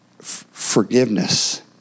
forgiveness